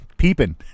Peeping